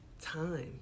time